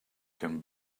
can